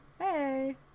Hey